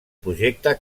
projecte